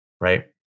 right